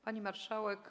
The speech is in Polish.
Pani Marszałek!